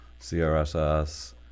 CRSS